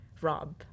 rob